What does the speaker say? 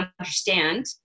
understand